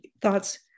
thoughts